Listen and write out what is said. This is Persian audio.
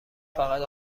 فقط